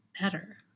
better